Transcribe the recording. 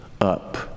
up